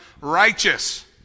righteous